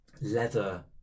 leather